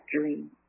dream